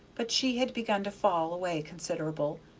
but she had begun to fall away consider'ble,